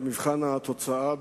במבחן התוצאה,